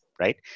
right